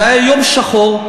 זה היה יום שחור,